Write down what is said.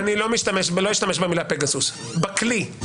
אני לא אשתמש במילה פגסוס, אלא בכלי.